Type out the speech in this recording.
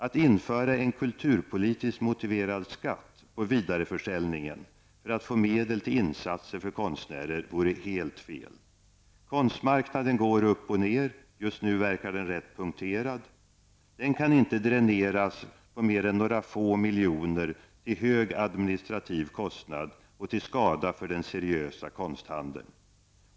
Att införa en kulturpolitiskt motiverad skatt på vidareförsäljningen för att få medel till insatser för konstnärer vore helt fel. Konstmarknaden går upp och ner -- just nu verkar den rätt punkterad. Den kan inte dräneras på mer än några få miljoner till hög administrativ kostnad och till skada för den seriösa konsthandeln.